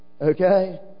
Okay